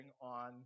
on